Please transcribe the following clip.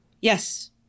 Yes